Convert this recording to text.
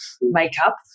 makeup